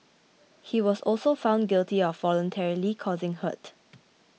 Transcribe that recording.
he was also found guilty of voluntarily causing hurt